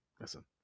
listen